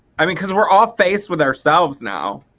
i mean because we're all faced with ourselves now.